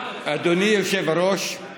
אדוני היושב-ראש,